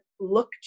look